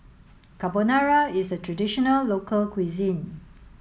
Carbonara is a traditional local cuisine